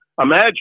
Imagine